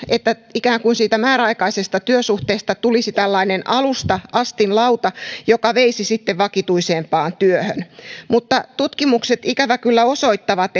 että ikään kuin siitä määräaikaisesta työsuhteesta tulisi tällainen alusta astinlauta joka veisi sitten vakituisempaan työhön mutta tutkimukset ikävä kyllä osoittavat